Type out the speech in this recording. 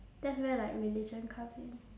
that's where like religion comes in